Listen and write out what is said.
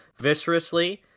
viscerously